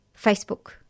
Facebook